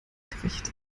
gerecht